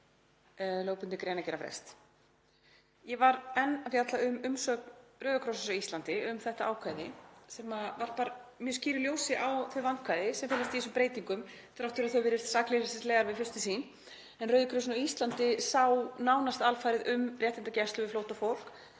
lögbundinn greinargerðarfrest. Ég var enn að fjalla um umsögn Rauða krossins á Íslandi um þetta ákvæði sem varpar mjög skýru ljósi á þau vandkvæði sem felast í þessum breytingum þrátt fyrir að þær virðist sakleysislegar við fyrstu sýn en Rauði krossinn á Íslandi sá nánast alfarið um réttindagæslu við flóttafólk